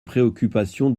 préoccupations